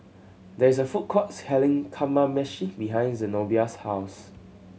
there is a food court selling Kamameshi behind Zenobia's house